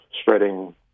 spreading